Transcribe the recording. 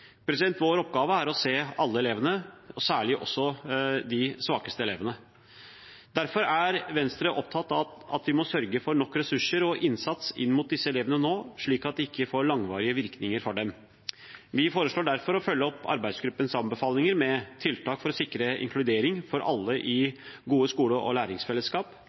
Vår oppgave er å se alle elevene, og særlig de svakeste elevene. Derfor er Venstre opptatt av at vi må sørge for nok ressurser og innsats inn mot disse elevene nå, slik at det ikke får langvarige virkninger for dem. Vi foreslår derfor å følge opp arbeidsgruppens anbefalinger med tiltak for å sikre inkludering for alle i gode skole- og læringsfellesskap,